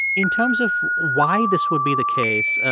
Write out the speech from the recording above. in terms of why this would be the case,